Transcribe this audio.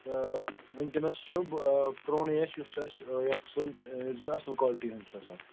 تہٕ وُنکٮ۪نَس چھُ پرٛونُے اَسہِ یُس اَسہِ یتھ زن اَصٕل کالٹی ہُنٛد چھُ آسان